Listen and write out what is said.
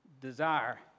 desire